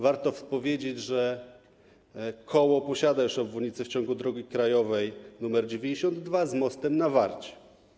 Warto powiedzieć, że Koło posiada już obwodnicę w ciągu drogi krajowej nr 92 z mostem na Warcie.